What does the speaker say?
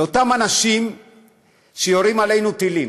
לאותם אנשים שיורים עלינו טילים,